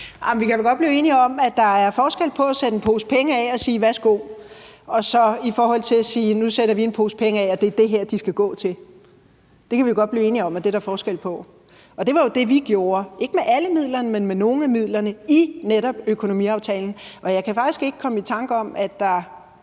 af og sige værsgo, og så at sige, at nu sætter vi en pose penge af, og det er det her, de skal gå til. Det kan vi vel godt blive enige om at der er forskel på. Og det var jo det, vi gjorde – ikke med alle midlerne, men med nogle af midlerne – i netop økonomiaftalen. Og jeg kan faktisk ikke komme i tanke om, at der